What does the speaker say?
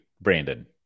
Brandon